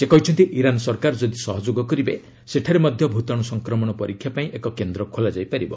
ସେ କହିଛନ୍ତି ଇରାନ୍ ସରକାର ଯଦି ସହଯୋଗ କରିବେ ସେଠାରେ ମଧ୍ୟ ଭୂତାଣୁ ସଂକ୍ରମଣ ପରୀକ୍ଷା ପାଇଁ ଏକ କେନ୍ଦ୍ର ଖୋଲାଯାଇ ପାରିବ